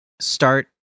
start